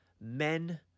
men